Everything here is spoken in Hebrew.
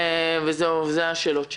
אלה השאלות שלי.